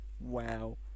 Wow